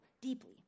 deeply